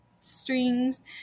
strings